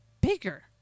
bigger